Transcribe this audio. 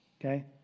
okay